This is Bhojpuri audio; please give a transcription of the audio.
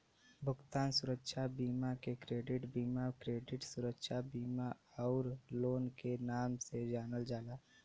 भुगतान सुरक्षा बीमा के क्रेडिट बीमा, क्रेडिट सुरक्षा बीमा आउर लोन के नाम से जानल जाला